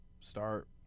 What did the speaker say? start